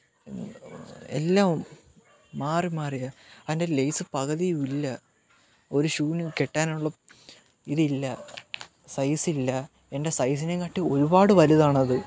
എല്ലവും മാറിമാറിയാണ് അതിന്റെ ലേസ് പകുതിയും ഇല്ല ഒരു ഷൂവിന് കെട്ടാനുള്ള ഇതില്ല സൈസില്ല എന്റെ സൈസിനേക്കാട്ടില് ഒരുപാട് വലുതാണത്